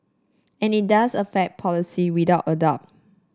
and it does affect policy without a doubt